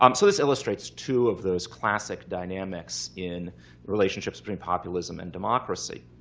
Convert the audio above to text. um so this illustrates two of those classic dynamics in relationships between populism and democracy.